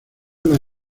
las